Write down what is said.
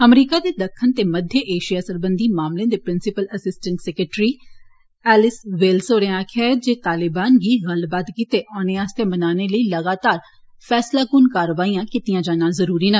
अमरीका दे दक्खनी ते मध्य एशिया सरबंघी मामले दे principal assistant secretary Alice Wells होरे आक्खेआ ऐ जे तालिबान गी गल्लबात गितै औने आस्तै मनाने लेई लगातार फैसलाकुन कारवाइयां कीतियां जाना जरुरी न